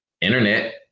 internet